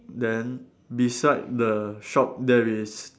then beside the shop there is